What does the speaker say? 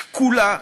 שקולה,